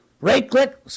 right-click